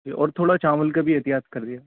اور تھوڑا چاول کا بھی احتیاط کریے